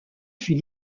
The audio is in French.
fut